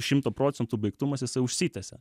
šimto procentų baigtumas jisai užsitęsia